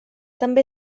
també